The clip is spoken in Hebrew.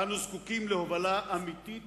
אנו זקוקים להובלה אמיתית